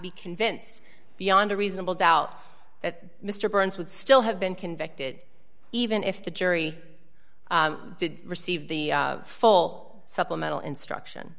be convinced beyond a reasonable doubt that mr burns would still have been convicted even if the jury did receive the full supplemental instruction